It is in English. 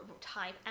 type